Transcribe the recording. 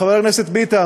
חבר הכנסת ביטן